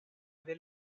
del